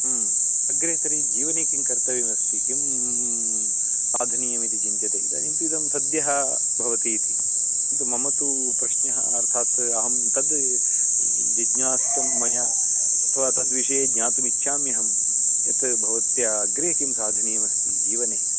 अग्रे तर्हि जीवने किं कर्तव्यमस्ति किं साधनीयमिति चिन्त्यते इदानीं तु इदं सद्यः भवति इति किन्तु मम तु प्रश्नः अर्थात् अहं तत् जिज्ञास्तुं मया अथवा तद्विषये ज्ञातुमिच्छाम्यहं यत् भवत्या अग्रे किं साधनीयमस्ति जीवने